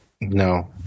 No